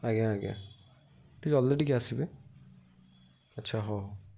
ଆଜ୍ଞା ଆଜ୍ଞା ଟିକେ ଜଲଦି ଟିକେ ଆସିବେ ଆଚ୍ଛା ହ ହଉ